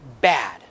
bad